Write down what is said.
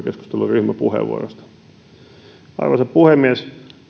ryhmäpuheenvuorosta talousarviokeskustelussa arvoisa puhemies